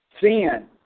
Sin